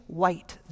white